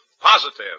positive